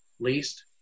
least